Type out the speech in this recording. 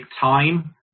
time